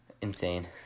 insane